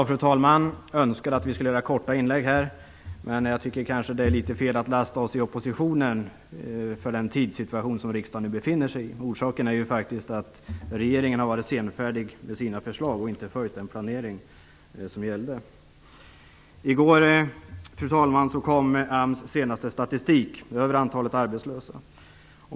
Fru talman! Man önskade att vi skulle göra korta inlägg här, men jag tycker kanske att det är litet fel att lasta oss i oppositionen för den tidssituation som kammaren nu befinner sig i. Orsaken är ju faktiskt att regeringen har varit senfärdig med sina förslag och inte följt den planering som gällde. I går kom AMS senaste statistik över antalet arbetslösa.